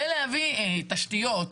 ולהביא תשתיות,